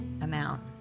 amount